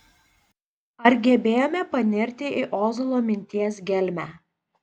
ar gebėjome panirti į ozolo minties gelmę